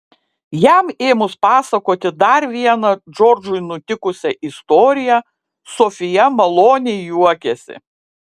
jam ėmus pasakoti dar vieną džordžui nutikusią istoriją sofija maloniai juokėsi